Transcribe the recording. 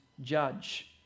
judge